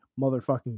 motherfucking